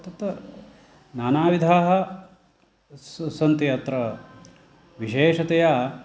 तत्र नानाविधाः स् सन्ति अत्र विशेषतया